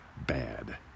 bad